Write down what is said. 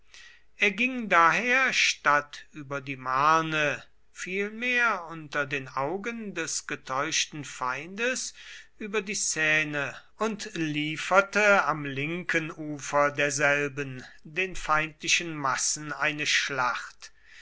er ging daher statt über die marne vielmehr unter den augen des getäuschten feindes über die seine und lieferte am linken ufer derselben den feindlichen massen eine schlacht